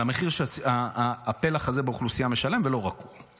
על המחיר שהפלח הזה באוכלוסייה משלם, ולא רק הוא.